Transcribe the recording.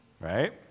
Right